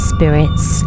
Spirits